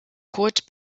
kurt